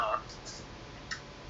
I don't know cycle